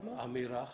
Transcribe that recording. אמירה חשובה.